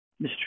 Mr